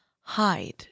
hide